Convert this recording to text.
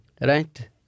right